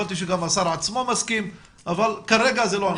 הבנתי שגם השר עצמו מסכים אבל כרגע זה לא הנושא.